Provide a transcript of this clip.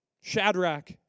Shadrach